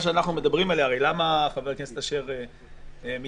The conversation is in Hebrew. הרי למה חבר הכנסת אשר מתרעם?